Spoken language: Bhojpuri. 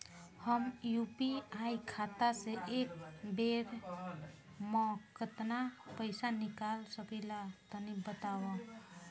हम यू.पी.आई खाता से एक बेर म केतना पइसा निकाल सकिला तनि बतावा?